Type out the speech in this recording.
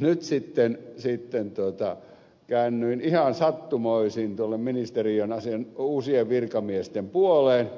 nyt sitten käännyin ihan sattumoisin tuonne ministeriön uusien virkamiesten puoleen